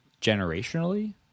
generationally